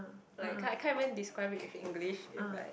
like c~ can't even describe it with English it's like